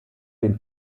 den